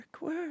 Work